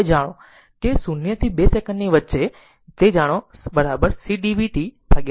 હવે જાણો કે 0 થી 2 સેકન્ડની વચ્ચે તે જાણો c dvt dt